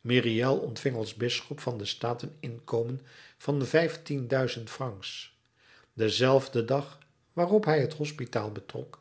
myriel ontving als bisschop van den staat een inkomen van vijftien duizend francs denzelfden dag waarop hij het hospitaal betrok